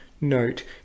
note